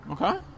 okay